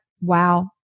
wow